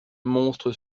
monstre